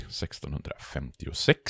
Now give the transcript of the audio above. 1656